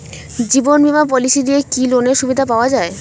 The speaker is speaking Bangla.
জীবন বীমা পলিসি দিয়ে কি লোনের সুবিধা পাওয়া যায়?